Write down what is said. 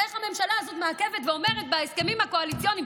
איך הממשלה הזאת מעכבת ואומרת בהסכמים הקואליציוניים,